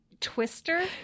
Twister